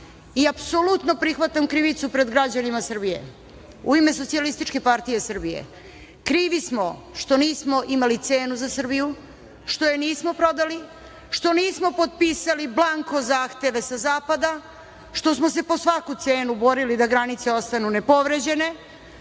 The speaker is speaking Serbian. krivi? Apsolutno prihvatam krivicu pred građanima Srbije u ime SPS. Krivi smo što nismo imali cenu za Srbiju, što je nismo prodali, što nismo potpisali blanko zahteve sa zapada, što smo se po svaku cenu borili da granice ostanu nepovređene,